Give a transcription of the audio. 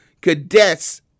cadets